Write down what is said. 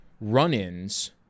run-ins